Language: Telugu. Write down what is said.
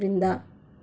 క్రింద